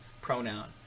pronoun